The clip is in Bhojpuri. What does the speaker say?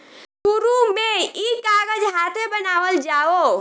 शुरु में ई कागज हाथे बनावल जाओ